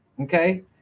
okay